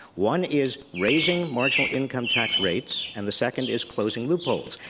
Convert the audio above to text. one is raising marginal income tax rates, and the second is closing loopholes.